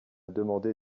demandé